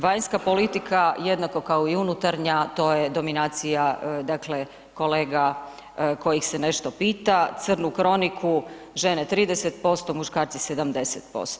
Vanjska politika jednako kao i unutarnja to je dominacija dakle kolega kojih se nešto pita, crnu kroniku žene 30%, muškarci 70%